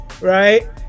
right